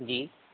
जी